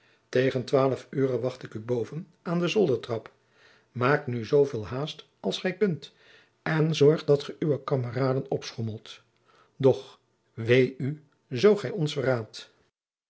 tegen twaalf ure wacht ik u boven aan de zoldertrap maak nu zoo veel haast als gij kunt en zorg dat ge uwe kameraden opschommelt doch wee u zoo gij ons verraadt